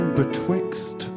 betwixt